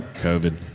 COVID